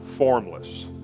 Formless